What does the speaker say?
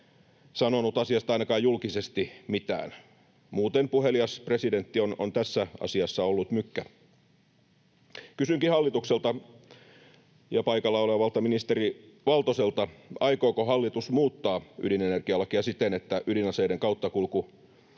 sanonut asiasta ainakaan julkisesti mitään. Muuten puhelias presidentti on tässä asiassa ollut mykkä. Kysynkin hallitukselta ja paikalla olevalta ministeri Valtoselta, aikooko hallitus muuttaa ydinenergialakia siten, että ydinaseiden kauttakulku